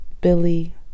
Billy